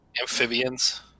Amphibians